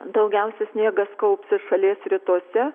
daugiausia sniegas kaupsis šalies rytuose